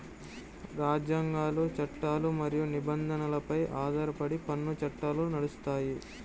రాజ్యాంగాలు, చట్టాలు మరియు నిబంధనలపై ఆధారపడి పన్ను చట్టాలు నడుస్తాయి